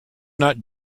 not